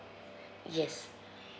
yes